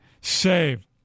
Save